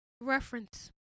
Reference